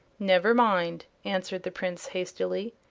never mind, answered the prince, hastily,